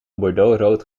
bordeauxrood